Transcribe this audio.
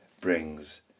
brings